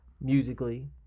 Musically